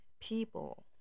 people